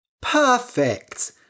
Perfect